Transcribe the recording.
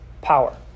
power